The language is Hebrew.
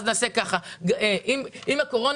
ואם יהיה כך,